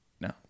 No